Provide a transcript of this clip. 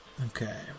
Okay